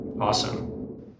awesome